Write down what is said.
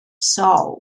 soul